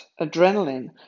adrenaline